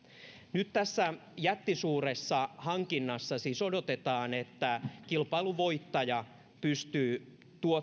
nyt tässä jättisuuressa hankinnassa siis odotetaan että kilpailun voittaja pystyy